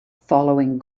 following